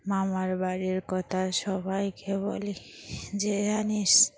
মামার বাড়ির কথা সবাইকে বলি যে জানিস